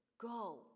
Go